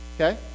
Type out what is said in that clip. Okay